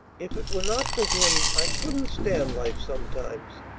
if it were not for him, i couldn't stand life sometimes.